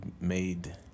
made